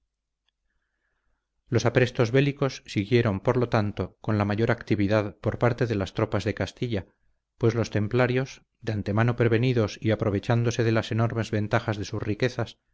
los aprestos bélicos siguieron por lo tanto con la mayor actividad por parte de las tropas de castilla pues los templarios de antemano prevenidos y aprovechándose de las enormes ventajas que sus riquezas